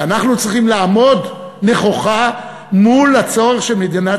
ואנחנו צריכים לעמוד נכוחה מול הצורך של מדינת